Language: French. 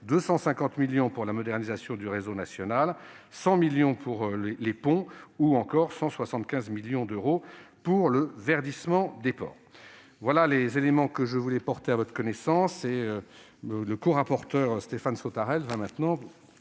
250 millions d'euros pour la modernisation du réseau national ; 100 millions d'euros pour les ponts ; ou encore 175 millions d'euros pour le verdissement des ports. Voilà les éléments que je voulais porter à votre connaissance, mes chers collègues. Le corapporteur Stéphane Sautarel va maintenant